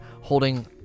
holding